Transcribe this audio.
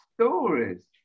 stories